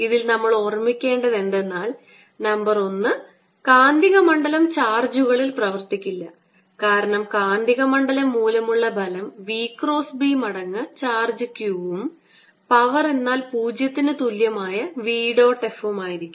ഇതിൽ നമ്മൾ ഓർമ്മിക്കേണ്ടതെന്തെന്നാൽ നമ്പർ 1 കാന്തിക മണ്ഡലം ചാർജുകളിൽ പ്രവർത്തിക്കില്ല കാരണം കാന്തിക മണ്ഡലം മൂലമുള്ള ബലം v ക്രോസ് B മടങ്ങ് ചാർജ് q ഉം പവർ എന്നാൽ പൂജ്യത്തിനു തുല്യമായ v ഡോട്ട് F ഉം ആയിരിക്കും